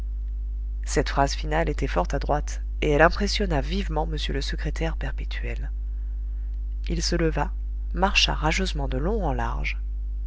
cette phrase finale était fort adroite et elle impressionna vivement m le secrétaire perpétuel il se leva marcha rageusement de long en large